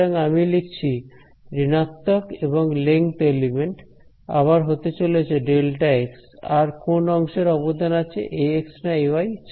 সুতরাং আমি লিখছি ঋণাত্মক এবং লেঙ্থ এলিমেন্ট আবার হতে চলেছে Δx আর কোন অংশের অবদান আছে Ax না Ay